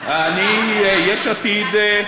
בקונסטלציה הזאת.